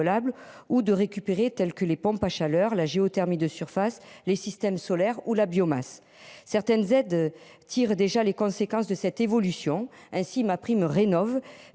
ou de récupérer tels que les pompes à chaleur, la géothermie de surface les systèmes solaires ou la biomasse certaines aides tire déjà les conséquences de cette évolution. Ainsi MaPrimeRénov